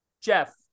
Jeff